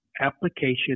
application